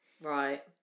Right